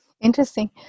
Interesting